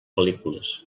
pel·lícules